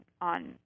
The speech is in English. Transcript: on